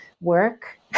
work